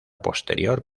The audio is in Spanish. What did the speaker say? posterior